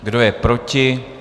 Kdo je proti?